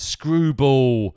Screwball